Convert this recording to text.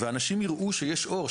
ואנשים יראו שיש אור,